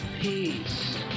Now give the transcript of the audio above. Peace